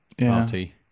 party